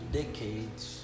decades